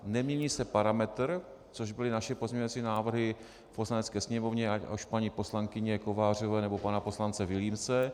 Nemění se parametr, což byly naše pozměňovací návrhy v Poslanecké sněmovně, ať už paní poslankyně Kovářové, nebo pana poslance Vilímce.